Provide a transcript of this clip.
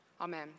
Amen